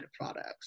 products